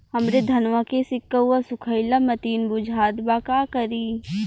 हमरे धनवा के सीक्कउआ सुखइला मतीन बुझात बा का करीं?